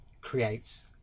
creates